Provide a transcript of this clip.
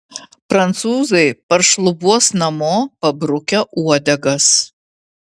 prancūzai paršlubuos namo pabrukę uodegas